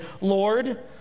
Lord